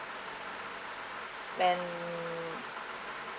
and